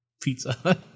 Pizza